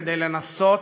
כדי לנסות